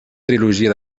trilogia